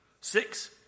six